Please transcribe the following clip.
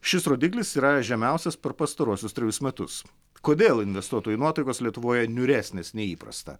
šis rodiklis yra žemiausias per pastaruosius trejus metus kodėl investuotojų nuotaikos lietuvoje niūresnės nei įprasta